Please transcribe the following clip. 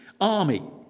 army